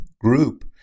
group